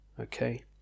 Okay